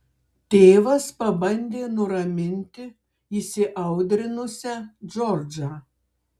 tėvas pabandė nuraminti įsiaudrinusią džordžą